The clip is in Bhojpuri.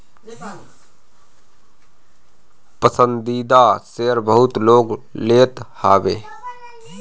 पसंदीदा शेयर बहुते लोग लेत हवे